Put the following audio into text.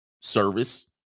service